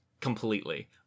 completely